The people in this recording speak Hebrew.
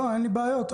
אין בעיה.